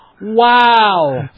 Wow